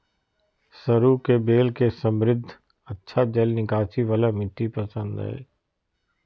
सरू के बेल के समृद्ध, अच्छा जल निकासी वाला मिट्टी पसंद हइ